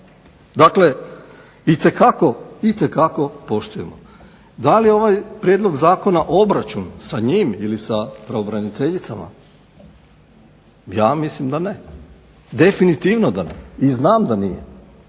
Dakle itekako pošteno. Da li je ovaj prijedlog zakona obračun sa njim ili sa pravobraniteljicama? Ja mislim da ne. Definitivno ne i znam da nije.